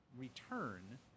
return